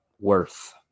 worth